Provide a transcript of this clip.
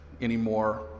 anymore